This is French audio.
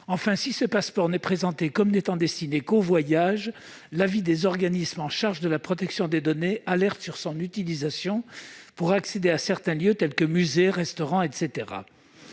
Enfin, si ce passeport est présenté comme n'étant destiné qu'aux voyages, les organismes chargés de la protection des données alertent sur son utilisation pour accéder à certains lieux tels que les musées ou les restaurants.